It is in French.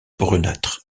brunâtre